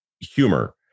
humor